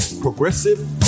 progressive